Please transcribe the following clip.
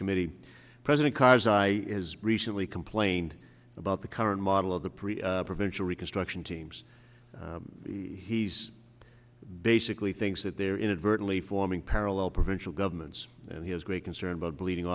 committee president karzai is recently complained about the current model of the pre provincial reconstruction teams he's basically things that they're inadvertently forming parallel provincial governments and he has great concern about bleeding